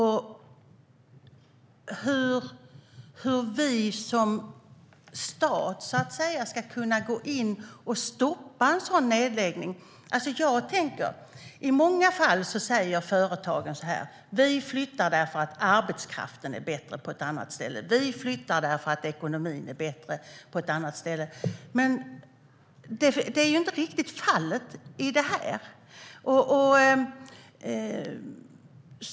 Hur ska vi som stat kunna gå in och stoppa en sådan nedläggning? I många fall säger företagen: Vi flyttar därför att arbetskraften är bättre på ett annat ställe. Vi flyttar därför att ekonomin är bättre på ett annat ställe. Men det är inte riktigt fallet här.